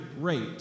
rate